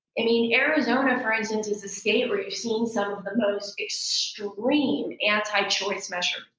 i mean, arizona for instance is a state where you've seen some of the most extreme anti-choice measures,